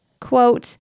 Quote